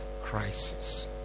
crisis